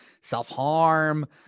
self-harm